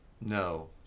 No